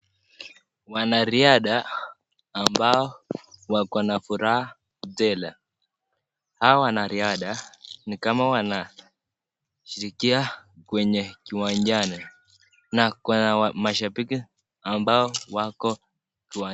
Wanariadha ambao wako na furaha tele. Hawa wanariadha ni kama wanasikia kqenye kiwanjani na kuna mashabiki ambao wako uwanjani.